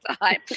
time